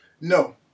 No